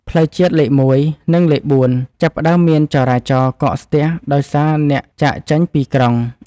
ផ្លូវជាតិលេខ១ និងលេខ៤ ចាប់ផ្ដើមមានចរាចរណ៍កកស្ទះដោយសារអ្នកចាកចេញពីក្រុង។